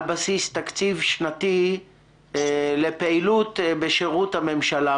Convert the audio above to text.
בסיס תקציב שנתי לפעילות בשירות הממשלה.